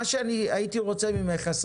מה שאני הייתי רוצה ממך,